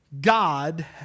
God